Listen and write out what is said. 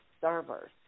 servers